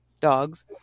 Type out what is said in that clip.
dogs